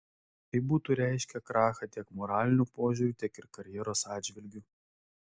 tai būtų reiškę krachą tiek moraliniu požiūriu tiek ir karjeros atžvilgiu